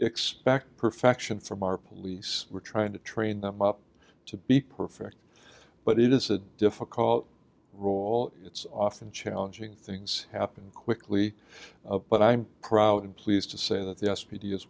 expect perfection from our police we're trying to train them up to be perfect but it is a difficult role it's often challenging things happen quickly but i'm proud and pleased to say that the s p d is